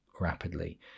rapidly